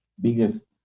biggest